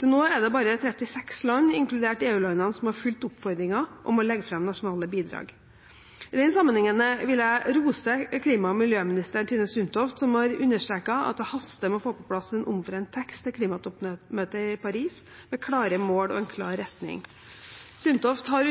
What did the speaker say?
Til nå er det bare 36 land, inkludert EU-landene, som har fulgt oppfordringen om å legge fram nasjonale bidrag. I den sammenheng vil jeg rose klima- og miljøminister Tine Sundtoft, som har understreket at det haster med å få på plass en omforent tekst til klimatoppmøtet i Paris med klare mål og en klar retning. Sundtoft har